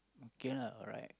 okay lah alright